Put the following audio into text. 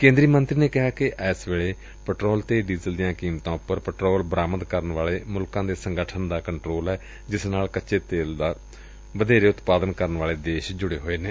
ਕੇਂਦਰੀ ਮੰਤਰੀ ਨੇ ਕਿਹਾ ਕਿ ਐਸ ਵੇਲੇ ਪੈਟਰੋਲ ਅਤੇ ਡੀਜ਼ਲ ਦੀਆਂ ਕੀਮਤਾਂ ਉਪਰ ਪੈਟਰੋਲ ਬਰਾਮਦ ਕਰਨ ਵਾਲੇ ਮੁਲਕਾਂ ਦੇ ਸੰਗਠਨ ਦਾ ਕੰਟਰੋਲ ਏ ਜਿਸ ਨਾਲ ਕੱਚੇ ਤੇਲ ਦਾ ਵਧੇਰੇ ਉਤਪਾਦਨ ਕਰਨ ਵਾਲੇ ਦੇਸ਼ ਜੁੜੇ ਹੋਏ ਨੇ